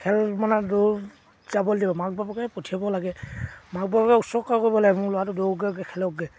খেল মানে দৌৰ যাবলৈ দিব মাক বাপেকে পঠিয়াব লাগে মাক বাপকে উচৰ্গা কৰিব লাগে মোৰ ল'ৰাটো দৌৰকগৈ খেলকগৈ